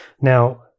Now